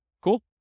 Cool